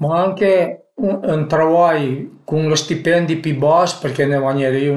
Ma anche ün travai cun lë stipendi pi bas perché na vagnerìu